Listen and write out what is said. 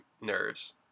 nerves